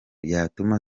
yatuma